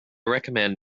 recommend